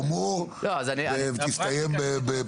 עבור תוכנית תוכנית ולהתחיל לפרט.